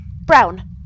Brown